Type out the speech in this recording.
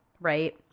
right